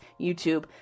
YouTube